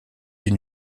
une